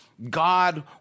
God